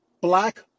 black